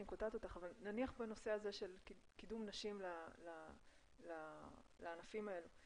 נניח בנושא הזה של קידום נשים לענפים האלה,